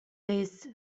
days